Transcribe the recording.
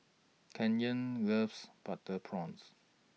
Canyon loves Butter Prawns